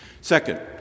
Second